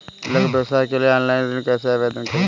लघु व्यवसाय के लिए ऑनलाइन ऋण आवेदन कैसे करें?